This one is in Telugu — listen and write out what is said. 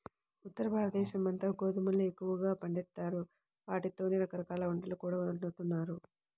ఉత్తరభారతదేశమంతా గోధుమల్ని ఎక్కువగా పండిత్తారు, ఆటితోనే రకరకాల వంటకాలు కూడా వండుతారు